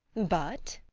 but?